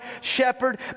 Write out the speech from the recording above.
shepherd